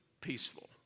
peaceful